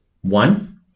One